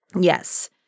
Yes